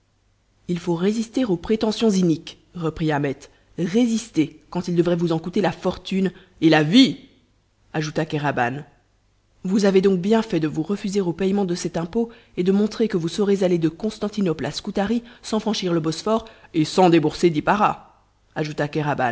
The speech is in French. il faut résister aux prétentions iniques reprit ahmet résister quand il devrait vous en coûter la fortune et la vie ajouta kéraban vous avez donc bien fait de vous refuser au payement de cet impôt et de montrer que vous saurez aller de constantinople à scutari sans franchir le bosphore et sans débourser dix paras ajouta